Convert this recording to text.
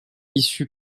issu